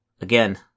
Again